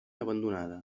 abandonada